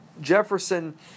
Jefferson